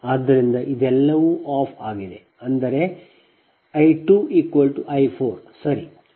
ಆದ್ದರಿಂದ ಇದೆಲ್ಲವೂ ಆಫ್ ಆಗಿದೆ ಅಂದರೆ I 2 I 4 ಸರಿ